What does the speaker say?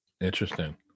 Interesting